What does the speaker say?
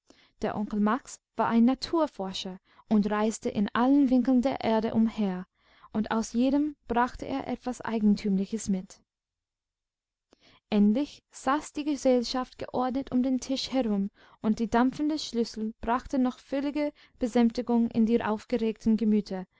der onkel max war ein naturforscher und reiste in allen winkeln der erde umher und aus jedem brachte er etwas eigentümliches mit endlich saß die gesellschaft geordnet um den tisch herum und die dampfende schüssel brachte noch völlige besänftigung in die aufgeregten gemüter